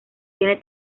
tiene